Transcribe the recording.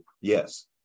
yes